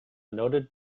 noted